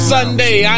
Sunday